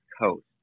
coast